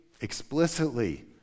explicitly